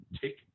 take